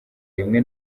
rimwe